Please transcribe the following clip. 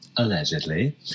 Allegedly